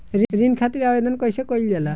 ऋण खातिर आवेदन कैसे कयील जाला?